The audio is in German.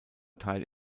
teil